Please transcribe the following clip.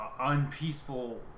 unpeaceful